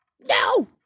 No